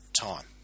time